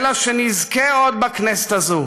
אלא שנזכה עוד בכנסת הזאת